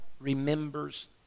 remembers